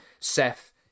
Seth